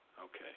Okay